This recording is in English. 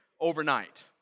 overnight